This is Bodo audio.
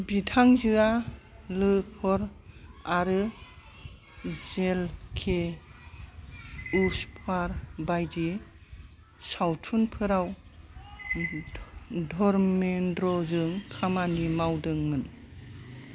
बिथांजोआ लोफर आरो जेल के उस पार बायदि सावथुनफोराव धर धरमेन्द्रजों खामानि मावदों मोन